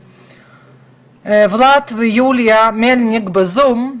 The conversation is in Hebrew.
את ולאד ויוליה מלניק שנמצאים בזום,